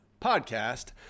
Podcast